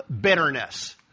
bitterness